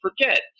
forget